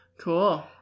Cool